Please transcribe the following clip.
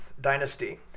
dynasty